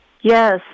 Yes